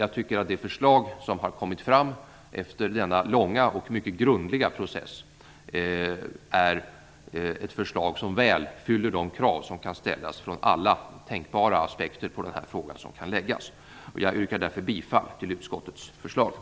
Det förslag som har kommit fram efter denna långa och mycket grundliga process fyller väl de krav som kan ställas från alla tänkbara aspekter på frågan. Jag yrkar därför bifall till utskottets hemställan.